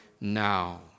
now